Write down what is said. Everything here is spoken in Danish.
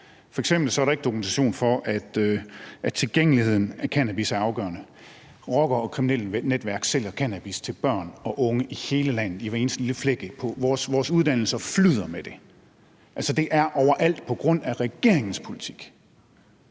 for f.eks. er der ikke dokumentation for, at tilgængeligheden af cannabis er afgørende. Rockere og kriminelle netværk sælger cannabis til børn og unge i hele landet i hver eneste lille flække. Vores uddannelsesinstitutioner flyder med det. Altså, det er overalt på grund af regeringens politik.